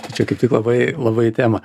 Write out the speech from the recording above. tai čia kaip tik labai labai į temą